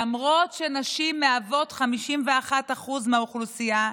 למרות שנשים מהוות 51% מהאוכלוסייה,